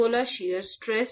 raw shear stress